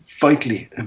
vitally